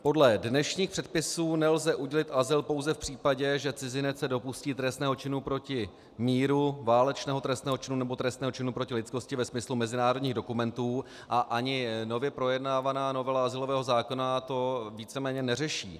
Podle dnešních předpisů nelze udělit azyl pouze v případě, že cizinec se dopustí trestného činu proti míru, válečného trestného činu nebo trestného činu proti lidskosti ve smyslu mezinárodních dokumentů, a ani nově projednávaná novela azylového zákona to víceméně neřeší.